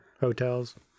hotels